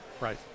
Right